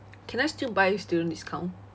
can I still buy with student discount